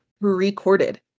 recorded